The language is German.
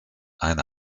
eine